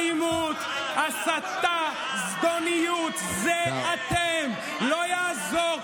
אלימות, הסתה, זדוניות, זה אתם, לא יעזור.